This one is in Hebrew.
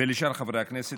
ולשאר חברי הכנסת